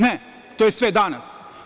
Ne, to je sve danas.